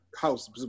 House